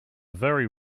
very